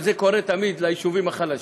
וזה קורה תמיד ליישובים החלשים,